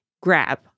grab